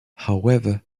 however